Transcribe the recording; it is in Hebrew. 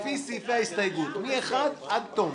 לפי סעיפי ההסתייגויות, ממס' 1 עד תום.